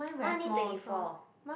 mine only twenty four